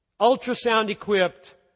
ultrasound-equipped